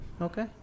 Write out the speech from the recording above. okay